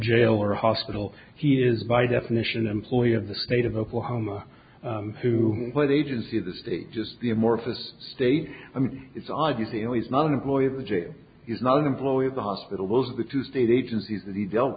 a hospital he is by definition employ of the state of oklahoma who play the agency of the state just the amorphous state i mean it's obviously you know he's not an employee of the jail is not an employee of the hospital those are the two state agencies that he dealt